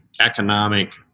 economic